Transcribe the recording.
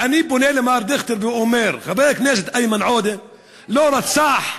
ואני פונה למר דיכטר ואומר: חבר הכנסת איימן עודה לא רצח,